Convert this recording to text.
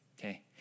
okay